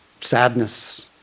Sadness